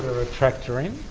retractor in,